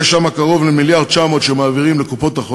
יש שם קרוב ל-1.9 מיליארד שמעבירים לקופות-החולים.